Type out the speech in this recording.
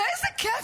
איזה כיף.